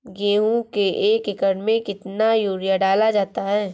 गेहूँ के एक एकड़ में कितना यूरिया डाला जाता है?